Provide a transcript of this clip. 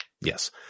Yes